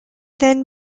then